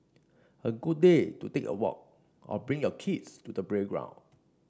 a good day to take a walk or bring your kids to the playground